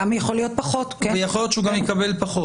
כן, ויכול להיות שיקבל גם פחות.